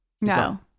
no